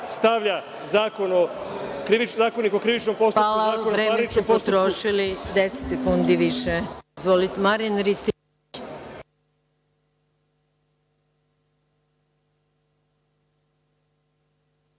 stavlja Zakonik o krivičnom postupku…